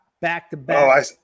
back-to-back